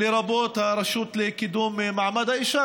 לרבות הרשות לקידום מעמד האישה,